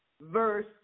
verse